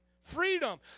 freedom